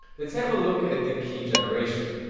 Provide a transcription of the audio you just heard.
let's have a look at the key generation.